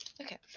Okay